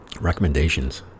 recommendations